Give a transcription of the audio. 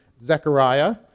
Zechariah